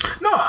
No